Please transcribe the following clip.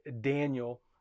Daniel